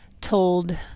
told